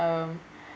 um